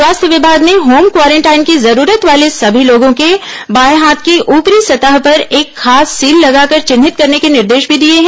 स्वास्थ्य विमाग ने होम क्वारेंटाइन की जरूरत वाले सभी लोगों के बाए हाथ की ऊपरी सतह पर एक खास सील लगाकर चिन्हित करने के निर्देश भी दिए हैं